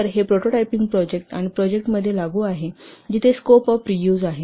तर हे prototyping project आणि प्रोजेक्टमध्ये लागू आहे जिथे स्कोप ऑफ रियुज आहे